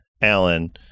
Alan